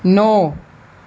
नौ